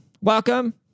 Welcome